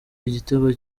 igitego